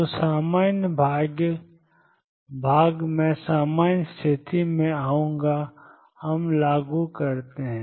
तो सामान्य भाग मैं सामान्य स्थिति में आऊंगा हम लागू हैं